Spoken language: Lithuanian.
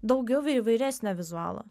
daugiau įvairesnio vizualo